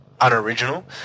unoriginal